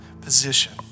position